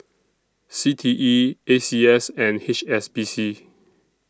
C T E A C S and H S B C